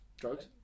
Drugs